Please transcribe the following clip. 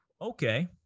okay